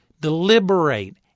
deliberate